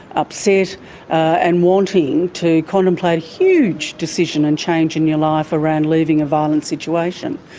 upset and wanting to contemplate a huge decision and change in your life around leaving a violent situation.